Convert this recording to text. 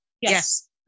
Yes